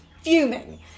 fuming